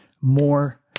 more